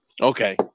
Okay